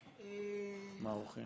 מהאורחים?